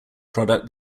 product